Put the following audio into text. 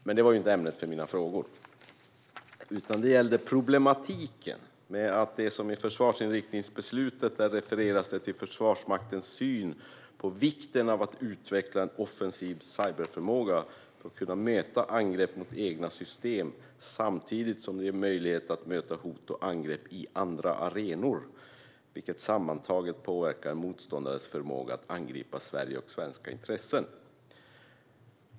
Detta var dock inte ämnet för mina frågor, utan mina frågor gäller problematiken med att det i försvarsinriktningsbeslutet refereras till Försvarsmaktens syn på "vikten av att utveckla en offensiv cyberförmåga för att kunna möta angrepp mot egna system samtidigt som det ger möjlighet att möta hot och angrepp i andra arenor vilket sammantaget påverkar en motståndares förmåga att angripa Sverige och svenska intressen".